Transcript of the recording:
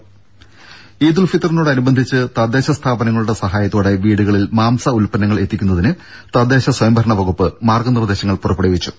ദേദ ഈദ് ഉൽ ഫിത്തറിനോടനുബന്ധിച്ച് തദ്ദേശ സ്ഥാപനങ്ങളുടെ സഹായത്തോടെ വീടുകളിൽ മാംസ ഉൽപ്പന്നങ്ങൾ എത്തിക്കുന്നതിന് തദ്ദേശ സ്വയംഭരണവകുപ്പ് മാർഗനിർദ്ദേശങ്ങൾ പുറപ്പെടുവിച്ചു